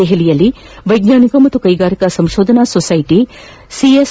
ದೆಹಲಿಯಲ್ಲಿ ವೈಜ್ಞಾನಿಕ ಮತ್ತು ಕೈಗಾರಿಕಾ ಸಂಶೋಧನಾ ಸೊಸೈಟಿ ಸಿಎಸ್